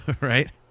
Right